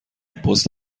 پست